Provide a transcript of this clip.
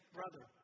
Brother